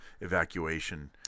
evacuation